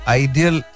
ideal